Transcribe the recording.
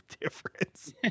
difference